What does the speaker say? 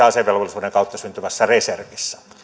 asevelvollisuuden kautta syntyvässä reservissä